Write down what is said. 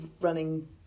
running